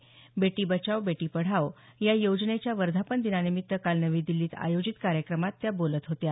बेटी बचाओ बेटी पढाओ या योजनेच्या वर्धापन दिनानिमित्त काल नवी दिल्लीत आयोजित कार्यक्रमात त्या बोलत होत्या